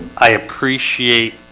i appreciate